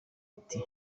ati